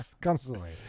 Constantly